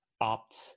opt